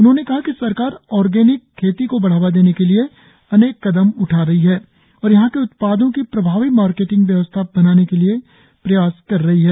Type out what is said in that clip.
उन्होंने कहा कि सरकार ऑर्गेनिक खेती को बढ़ावा देने के लिए अनेक कदम उठा रही है और यहा के उत्पादों की प्रभावी मार्केटिंग व्यवस्था बनाने के लिए प्रयास कर रही है